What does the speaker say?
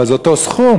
אבל זה אותו סכום,